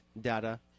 data